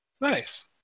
nice